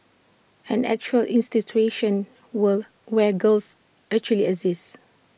an actual institution were where girls actually exist